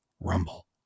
rumble